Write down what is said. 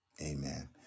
amen